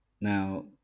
Now